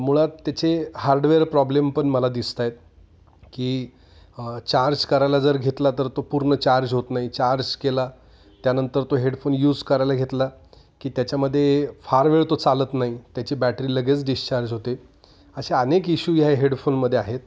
मुळात त्याचे hardware problem पण मला दिसत आहेत की चार्ज करायला जर घेतला तर तो पूर्ण चार्ज होत नाही चार्ज केला त्यानंतर तो हेडफोन यूज करायला घेतला की त्याच्यामध्ये फार वेळ तो चालत नाही त्याची बॅटरी लगेच डिस्चार्ज होते अशा अनेक इशू ह्या हेडफोनमध्ये आहेत